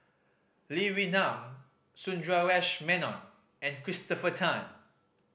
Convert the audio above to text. Lee Wee Nam Sundaresh Menon and Christopher Tan